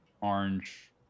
orange